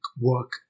work